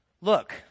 Look